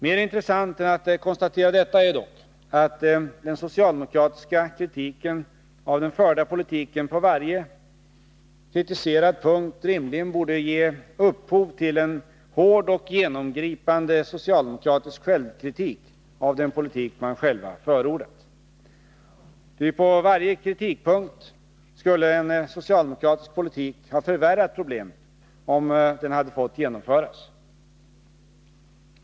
Mer intressant än att konstatera detta är dock att den socialdemokratiska kritiken av den förda politiken på varje kritiserad punkt rimligen borde ge upphov till en hård och genomgripande socialdemokratisk självkritik av den politik man själv förordat, ty på varje kritikpunkt skulle en socialdemokratisk politik ha förvärrat problemen om den hade fått genomföras.